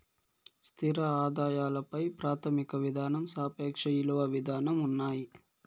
స్థిర ఆదాయాల పై ప్రాథమిక విధానం సాపేక్ష ఇలువ విధానం ఉన్నాయి